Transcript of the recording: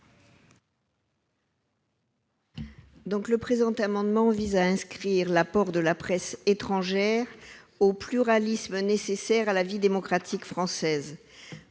Le présent amendement vise à inscrire l'apport de la presse étrangère dans le pluralisme nécessaire à la vie démocratique française.